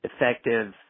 effective